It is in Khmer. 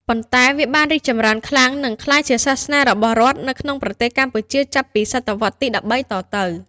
ប៉ុន្តែវាបានរីកចម្រើនខ្លាំង និងក្លាយជាសាសនារបស់រដ្ឋនៅក្នុងប្រទេសកម្ពុជាចាប់ពី សតវត្សរ៍ទី ១៣ តទៅ។